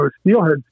steelhead